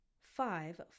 five